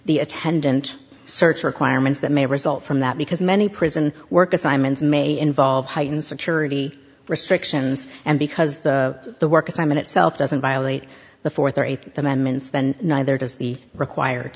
the attendant search requirements that may result from that because many prison work assignments may involve heightened security restrictions and because the work assignment itself doesn't violate the fourth or eighth amendments then neither does the required